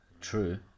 True